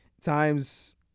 times